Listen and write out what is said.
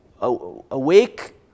awake